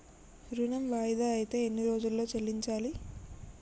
ఋణం వాయిదా అత్తే ఎన్ని రోజుల్లో చెల్లించాలి?